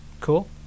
Cool